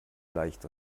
leicht